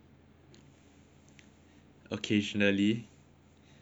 occasionally cause anyway expansion quite fun